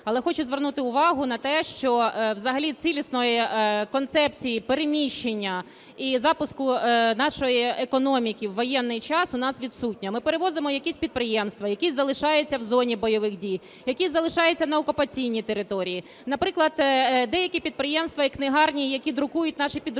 Але хочу звернути увагу на те, що взагалі цілісної концепції переміщення і запуску нашої економіки в воєнний час у нас відсутня. Ми перевозимо якісь підприємства, які залишаються в зоні бойових дій, які залишаються на окупаційній території. Наприклад, деякі підприємства і книгарні, які друкують наші підручники